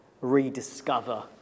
rediscover